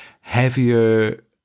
heavier